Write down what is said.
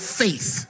faith